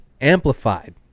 amplified